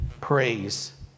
praise